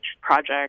project